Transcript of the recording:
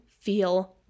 feel